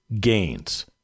gains